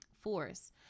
force